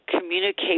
communicate